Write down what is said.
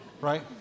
Right